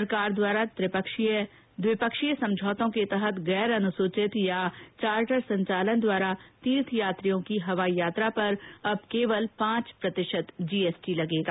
सरकार द्वारा द्विपक्षीय समझौतों के तहत गैर अनुसूचित या चार्टर संचालन द्वारा तीर्थयात्रियों की हवाई यात्रा पर अब केवल पांच प्रतिशत जीएसटी लगेगा